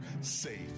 safe